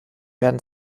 werden